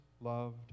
loved